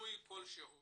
שינוי כלשהוא